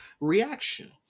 reaction